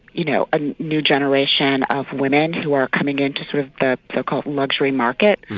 you know, a new generation of women who are coming into sort of the so-called luxury market.